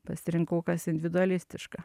pasirinkau kas individualistiška